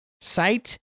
site